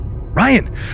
Ryan